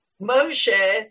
Moshe